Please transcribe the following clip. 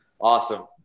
Awesome